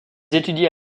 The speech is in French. étudient